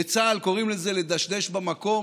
בצה"ל קוראים לזה לדשדש במקום,